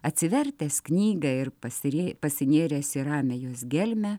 atsivertęs knygą ir pasiri pasinėręs į ramią jos gelmę